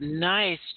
Nice